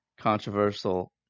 controversial